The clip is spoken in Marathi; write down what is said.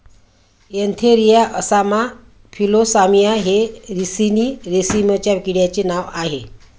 एन्थेरिया असामा फिलोसामिया हे रिसिनी रेशीमच्या किड्यांचे नाव आह